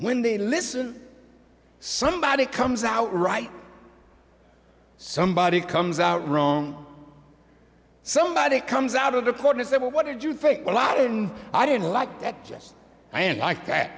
when they listen somebody comes out right somebody comes out wrong somebody comes out of the court and said well what did you think well i didn't i didn't like that yes i am